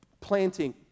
planting